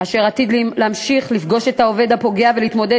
אשר עתיד להמשיך לפגוש את העובד הפוגע ולהתמודד